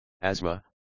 asthma